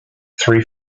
three